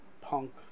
Punk